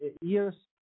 years